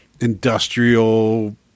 industrial